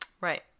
Right